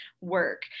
work